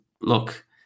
Look